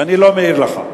ואני לא מעיר לך,